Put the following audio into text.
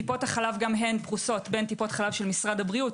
טיפות החלב גם הן פרוסות בין טיפות החלב של משרד הבריאות,